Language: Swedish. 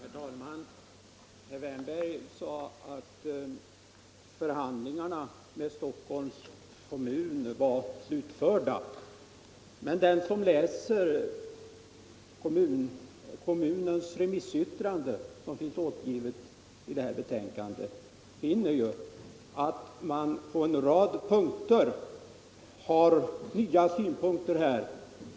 Herr talman! Herr Wärnberg sade att förhandlingarna med Stockholms kommun var slutförda. Men den som läser kommunens remissyttrande, som finns återgivet i detta betänkande, finner ju att man på en rad ställen har nya synpunkter.